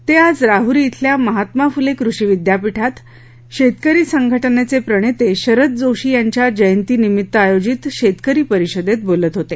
ते आज राहुरी धिल्या महात्मा फुले कृषी विद्यापीठात शेतकरी संघटनेचे प्रणेते शरद जोशी यांच्या जयंतीनिमित्त आयोजित शेतकरी परिषदेत बोलत होते